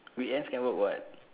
weekend can work [what]